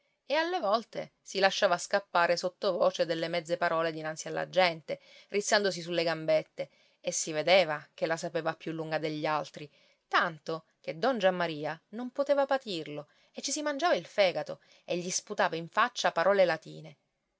e alle volte si lasciava scappare sottovoce delle mezze parole dinanzi alla gente rizzandosi sulle gambette e si vedeva che la sapeva più lunga degli altri tanto che don giammaria non poteva patirlo e ci si mangiava il fegato e gli sputava in faccia parole latine